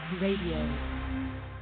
radio